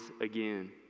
again